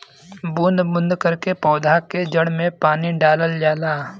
बूंद बूंद करके पौधा के जड़ में पानी डालल जाला